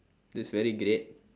it's very great